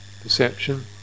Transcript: perception